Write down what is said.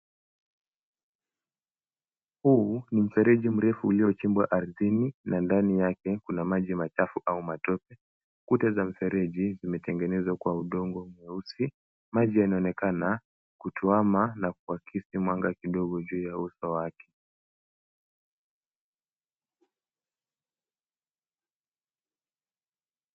Huu ni mfereji mrefu uliochimbwa ardhini na ndani yake kuna maji machafu au matope. Kuta za mfereji zimetengenezwa kwa udongo mweusi. Maji yanaonekana kutuama na kuakisi mwanga kidogo juu ya uso wake.